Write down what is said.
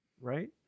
right